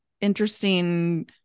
interesting